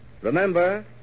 remember